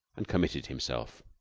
and committed himself.